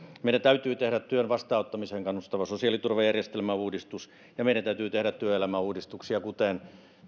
meidän täytyy tehdä työn vastaanottamiseen kannustava sosiaaliturvajärjestelmäuudistus ja meidän täytyy tehdä työelämäuudistuksia kuten